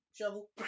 shovel